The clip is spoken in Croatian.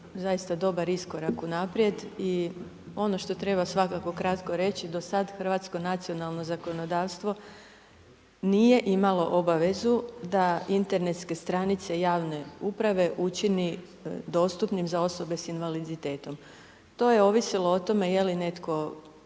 zaista dobar iskorak unaprijed. I ono što treba svakako kratko reći, do sada hrvatsko nacionalno zakonodavstvo nije imalo obavezu da internetske stranice javne uprave učini dostupnim za osobe sa invaliditetom. To je ovisilo o tome je li netko